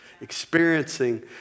experiencing